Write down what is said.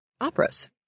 operas